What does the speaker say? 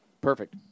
Perfect